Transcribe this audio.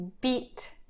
Beat